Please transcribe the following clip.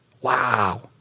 Wow